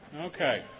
Okay